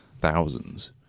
thousands